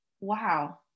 wow